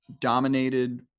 dominated